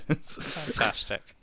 Fantastic